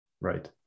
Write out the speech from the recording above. Right